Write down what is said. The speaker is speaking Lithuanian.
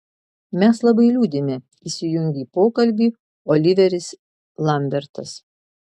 mes labai liūdime įsijungė į pokalbį oliveris lambertas